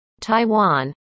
taiwan